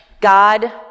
God